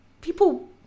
people